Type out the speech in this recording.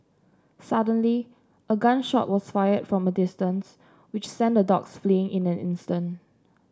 suddenly a gun shot was fired from a distance which sent the dogs fleeing in an instant